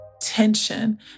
tension